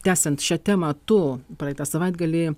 tęsiant šią temą tu praeitą savaitgalį